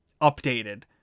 updated